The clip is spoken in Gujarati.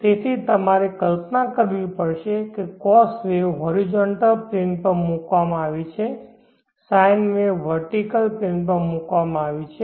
તેથી તમારે કલ્પના કરવી પડશે કે cos વેવ હોરિઝોન્ટલ પ્લેન પર મૂકવામાં આવી છે sine વેવ વેર્ટીકેલ પ્લેન પર મૂકવામાં આવે છે